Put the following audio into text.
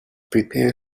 prepare